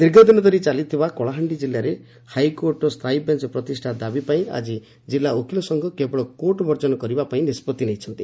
ଦୀର୍ଘ ଦିନ ଧରି ଚାଲିଥିବା କଳାହାଣ୍ଡି ଜିଲ୍ଲାରେ ହାଇକୋର୍ଟ ସ୍ତାୟୀ ବେଞ୍ଚ ପ୍ରତିଷା ଦାବି ପାଇଁ ଆକି ଜିଲ୍ଲା ଓକିଲ ସଂଘ କେବଳ କୋର୍ଟ ବର୍ଜନ କରିବାପାଇଁ ନିଷ୍ବଉଁ ନେଇଛନ୍ତି